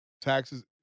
Taxes